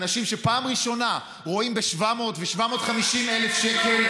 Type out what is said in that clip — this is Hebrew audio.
אנשים שפעם ראשונה רואים ב-700,000 ו-750,000 שקל,